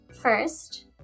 First